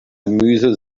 gemüse